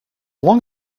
long